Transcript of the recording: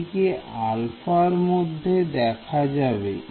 এটিকে α র মধ্যে দেখা যাবে